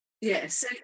Yes